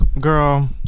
girl